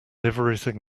everything